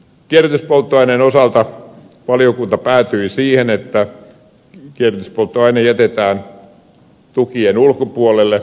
kierrätyspolttoaineen osalta valiokunta päätyi siihen että kierrätyspolttoaine jätetään tukien ulkopuolelle